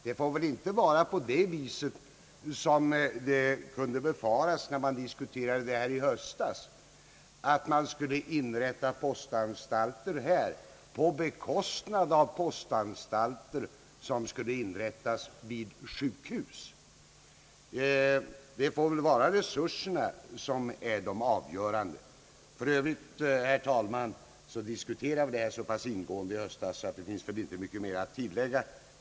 Det får väl inte bli på det sättet — vilket man kunde befara när denna fråga diskuterades i höstas — att postanstalter inrättas vid fängelserna på bekostnad av postanstalter som skulle inrättas vid sjukhus. Resurserna får väl vara det avgörande. För övrigt, herr talman, diskuterade vi ju detta så ingående i höstas att det inte finns mycket mer att tillägga.